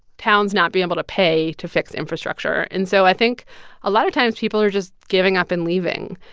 towns not being able to pay to fix infrastructure and so i think a lot of times, people are just giving up and leaving.